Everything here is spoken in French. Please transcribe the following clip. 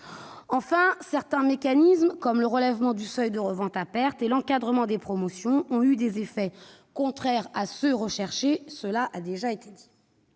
Enfin, certains mécanismes, comme le relèvement du seuil de revente à perte et l'encadrement des promotions, ont eu des effets contraires à ceux qui sont recherchés, cela a déjà été dit.